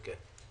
זה כן.